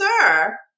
Sir